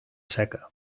seca